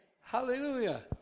Hallelujah